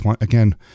again